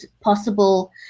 possible